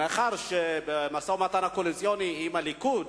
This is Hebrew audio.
מאחר שבמשא-ומתן הקואליציוני עם הליכוד